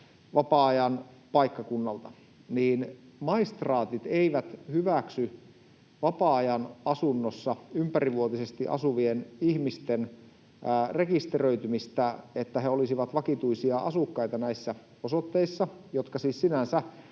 maistraatit eivät hyväksy vapaa-ajan asunnossa ympärivuotisesti asuvien ihmisten rekisteröitymistä, sitä että he olisivat vakituisia asukkaita näissä osoitteissa, jotka siis sinänsä